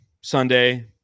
Sunday